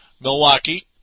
Milwaukee